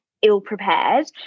ill-prepared